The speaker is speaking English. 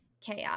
chaos